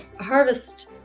harvest